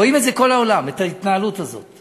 רואים את זה בכל העולם, את ההתנהלות הזאת.